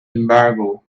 embargo